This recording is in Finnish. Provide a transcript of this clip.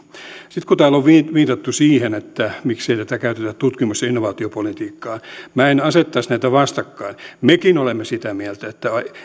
sitten kun täällä on viitattu siihen miksi ei tätä käytetä tutkimus ja innovaatiopolitiikkaan niin minä en asettaisi näitä vastakkain mekin olemme sitä mieltä että